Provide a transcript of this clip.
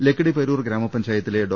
Lakkidi Peroor ഗ്രാമപഞ്ചായത്തിലെ ഡോ